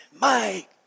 Mike